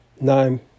nine